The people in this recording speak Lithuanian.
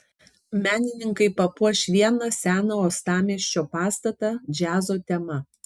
menininkai papuoš vieną seną uostamiesčio pastatą džiazo tema